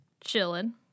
chilling